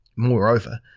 Moreover